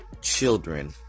children